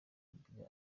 biganiro